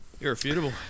Irrefutable